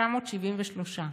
477,973 ש"ח.